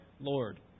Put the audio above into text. Lord